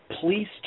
please